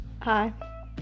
Hi